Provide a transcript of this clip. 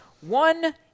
One